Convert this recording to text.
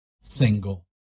single